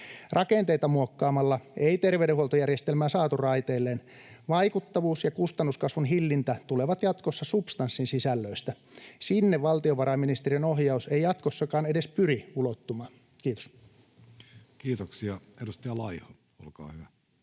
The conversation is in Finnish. Rakenteita muokkaamalla ei terveydenhuoltojärjestelmää saatu raiteilleen. Vaikuttavuus ja kustannuskasvun hillintä tulevat jatkossa substanssin sisällöistä. Sinne valtiovarainministeriön ohjaus ei jatkossakaan edes pyri ulottumaan. — Kiitos. [Speech 58] Speaker: